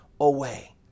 away